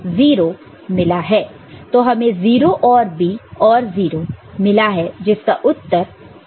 तो हमें 0 OR B OR 0 मिला है जिसका उत्तर B है